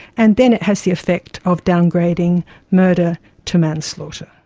and then it has the effect of downgrading murder to manslaughter.